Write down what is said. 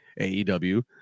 AEW